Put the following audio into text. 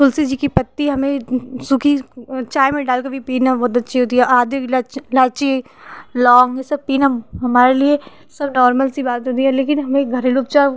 तुलसी जी की पत्ती हमें सुखी चाय में डाल कर भी पीना बहुत अच्छी होती है आदी भी इलाईची लौंग ये सब पीना हमारे लिए सब नॉर्मल सी बात होती है लेकिन हमें घरेलू उपचार